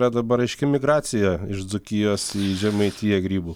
yra dabar aiški migracija iš dzūkijos į žemaitiją grybų